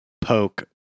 poke